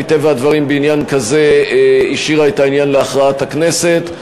מטבע הדברים בעניין כזה השאירה את העניין להכרעת הכנסת,